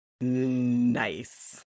Nice